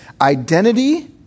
identity